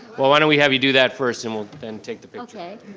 well why don't we have you do that first, and we'll then take the picture.